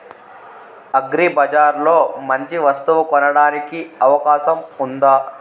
అగ్రిబజార్ లో మంచి వస్తువు కొనడానికి అవకాశం వుందా?